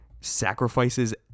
sacrifices